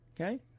Okay